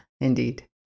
indeed